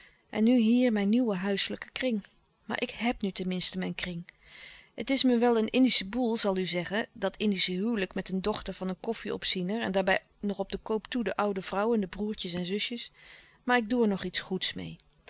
en nu hier mijn nieuwe huiselijke kring maar ik hèb nu ten minste mijn kring het is me wel een indische boel zal u zeggen dat indische huwelijk met een dochter van een koffie opziener en daarbij nog op den koop toe de oude vrouw en de broêrtjes en zusjes maar ik doe er nog iets goeds meê